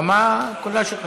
הבמה כולה שלך.